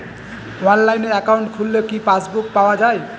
অনলাইনে একাউন্ট খুললে কি পাসবুক পাওয়া যায়?